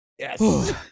yes